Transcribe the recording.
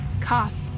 Cough